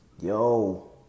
Yo